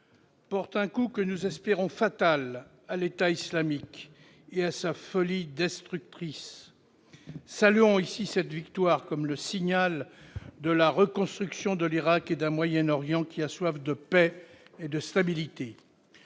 porte un coup, que nous espérons fatal, à l'État islamique et à sa folie destructrice. Saluons ici cette victoire comme le signal de la reconstruction de l'Irak et d'un Moyen-Orient qui a soif de paix et de stabilité.